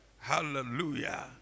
Hallelujah